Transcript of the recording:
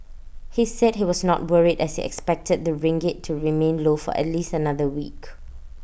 he said he was not worried as he expected the ringgit to remain low for at least another week